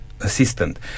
assistant